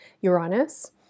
uranus